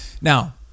now